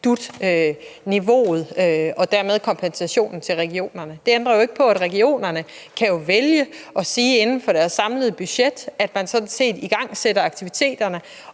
DUT-niveauet og dermed kompensationen til regionerne. Det ændrer ikke på, at regionerne jo kan vælge at sige, at de inden for deres samlede budget sådan set igangsætter aktiviteterne,